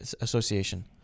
association